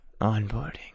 Onboarding